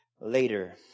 later